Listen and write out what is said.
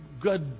good